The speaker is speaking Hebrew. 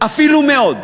אפילו מאוד.